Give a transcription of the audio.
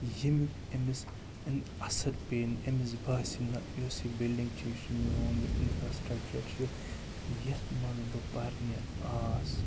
ییٚمیُک أمِس اَثر پیٚیِن أمِس باسہِ نہٕ یُس یہِ بِلڈِنٛگ چھِ یُس یہِ میون یہِ اِنفراسٹرٛکچَر چھِ یَتھ منٛز بہٕ پَرنہِ آس